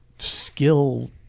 Skill